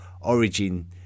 origin